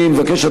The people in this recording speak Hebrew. אני מבקש,